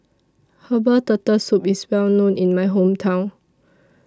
Herbal Turtle Soup IS Well known in My Hometown